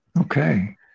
Okay